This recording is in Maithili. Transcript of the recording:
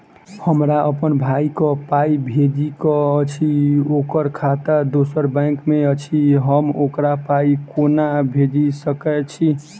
हमरा अप्पन भाई कऽ पाई भेजि कऽ अछि, ओकर खाता दोसर बैंक मे अछि, हम ओकरा पाई कोना भेजि सकय छी?